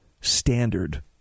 standard